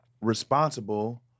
responsible